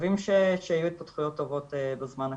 מקווים שיהיו התפתחויות טובות בזמן הקרוב.